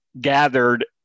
gathered